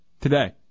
today